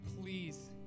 please